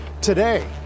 today